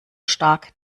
stark